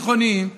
תיכוניים,